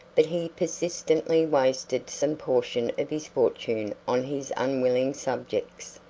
but he persistently wasted some portion of his fortune on his unwilling subjects.